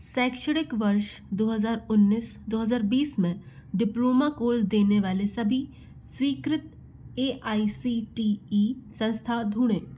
शैक्षणिक वर्ष दो हज़ार उन्नीस दो हज़ार बीस में डिप्लोमा कोर्स देने वाले सभी स्वीकृत A I C T E संस्था ढूँढें